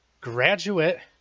graduate